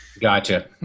Gotcha